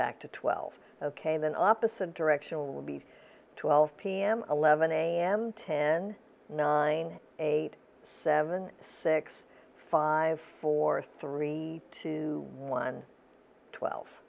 back to twelve ok then opposite direction will be twelve pm eleven am ten nine eight seven six five four three two one twelve